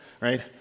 right